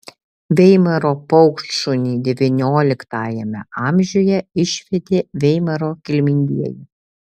veimaro paukštšunį devynioliktajame amžiuje išvedė veimaro kilmingieji